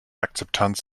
akzeptanz